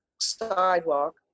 sidewalk